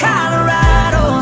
Colorado